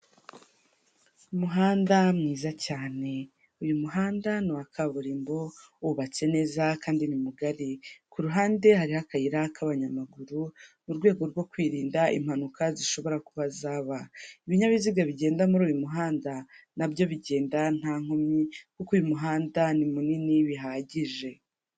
Umuhanda mwiza cyane. Uyu muhanda ni uwa kaburimbo, wubatse neza, kandi ni mugari. Ku ruhande harih akayira k'abanyamaguru, mu rwego rwo kwirinda impanuka zishobora kuba zaba. Ibinyabiziga bigenda muri uyu muhanda na byo bigenda nta nkomyi, kuko uyu muhanda ni munini bihagije.